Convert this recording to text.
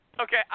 Okay